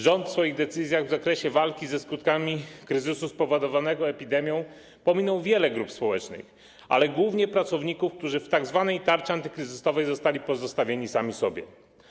Rząd w swoich decyzjach w zakresie walki ze skutkami kryzysu spowodowanego epidemią pominął wiele grup społecznych, głównie pracowników, którzy w tzw. tarczy antykryzysowej zostali pozostawieni sami sobie.